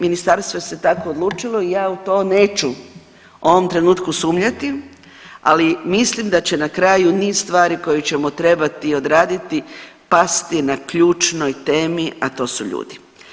Ministarstvo se tako odlučilo i ja u to neću u ovom trenutku sumnjati, ali mislim da će na kraju niz stvari koje ćemo trebati odraditi pasti na ključnoj temi a to su ljudi.